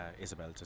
Isabel